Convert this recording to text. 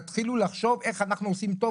תתחילו לחשוב איך אנחנו עושים טוב